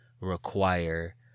require